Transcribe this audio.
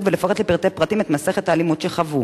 ולפרט לפרטי פרטים את מסכת האלימות שחוו.